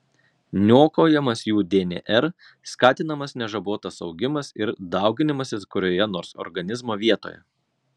niokojamas jų dnr skatinamas nežabotas augimas ir dauginimasis kurioje nors organizmo vietoje